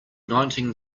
nineteen